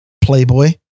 Playboy